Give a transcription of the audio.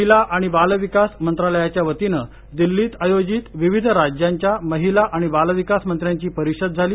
महिला आणि बाल विकास मंत्रालयाच्यावतीनं दिल्लीत आयोजित विविध राज्यांच्या महिला आणि बाल विकास मंत्र्यांची परिषद झाली